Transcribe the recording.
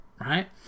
Right